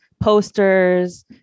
posters